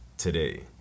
today